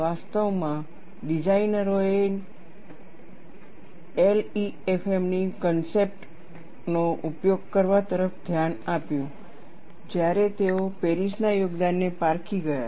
વાસ્તવમાં ડિઝાઇનરોએ LEFMની કન્સેપ્ટ ઓનો ઉપયોગ કરવા તરફ ધ્યાન આપ્યું જ્યારે તેઓ પેરિસના યોગદાનને પારખી ગયા